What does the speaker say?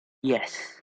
yes